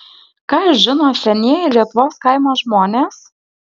ką žino senieji lietuvos kaimo žmonės